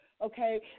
okay